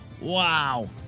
Wow